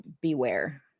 beware